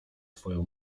twoją